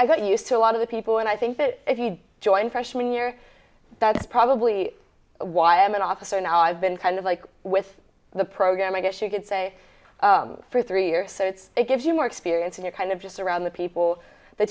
got used to a lot of the people and i think that if you join freshman year that's probably why i'm an officer now i've been kind of like with the program i guess you could say for three years so it's it gives you more experience in your kind of just around the people the